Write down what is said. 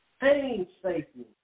painstaking